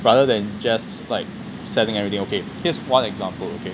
rather than just like selling everything okay here's one example okay